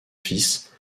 fils